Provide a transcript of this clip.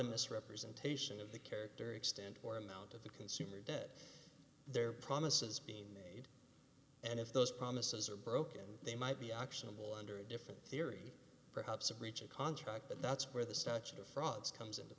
a misrepresentation of the character extent or amount of the consumer did their promises being made and if those promises are broken they might be actionable under a different theory perhaps a breach of contract but that's where the statute of frauds comes into